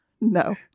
No